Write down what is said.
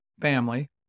family